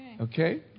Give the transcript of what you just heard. Okay